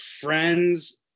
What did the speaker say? friends